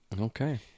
Okay